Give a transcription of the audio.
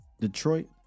detroit